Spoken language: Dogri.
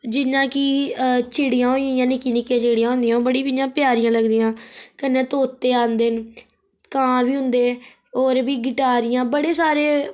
जि'यां कि चिड़ियां होइयां निक्की निक्कियां चिड़ियां होंदियां ओह् बड़ी इयां प्यारियां लगदियां कन्नै तोते आंदे न कांऽ बी होंदे होर बी गिटारियां बड़े सारे